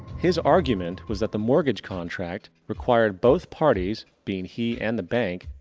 his argument was that the mortgage contract required both parties, being he and the bank,